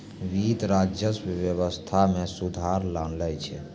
वित्त, राजस्व व्यवस्था मे सुधार लानै छै